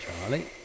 Charlie